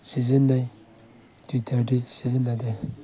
ꯁꯤꯖꯤꯟꯅꯩ ꯇꯨꯋꯤꯇꯔꯗꯤ ꯁꯤꯖꯤꯟꯅꯗꯦ